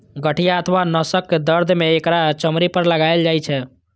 गठिया अथवा नसक दर्द मे एकरा चमड़ी पर लगाएल जाइ छै